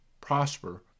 prosper